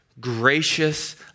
gracious